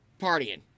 partying